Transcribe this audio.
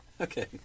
Okay